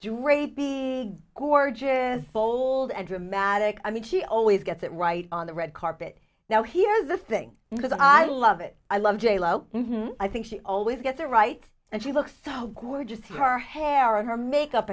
drape big gorgeous bold and dramatic i mean she always gets it right on the red carpet now here's the thing because i love it i love j lo i think she always gets it right and she looks so good just her hair or her makeup